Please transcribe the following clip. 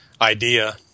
idea